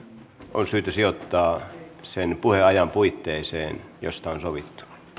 on syytä sijoittaa sen puheajan puitteeseen josta on sovittu